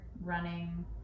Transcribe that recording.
running